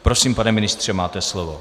Prosím, pane ministře, máte slovo.